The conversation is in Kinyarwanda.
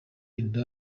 inda